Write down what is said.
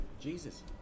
Jesus